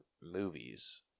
movies